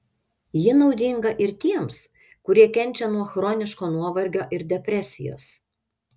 ji naudinga ir tiems kurie kenčia nuo chroniško nuovargio ir depresijos